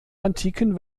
antiken